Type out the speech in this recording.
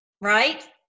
right